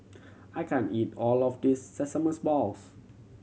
I can't eat all of this sesames balls